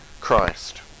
Christ